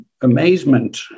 amazement